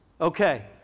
okay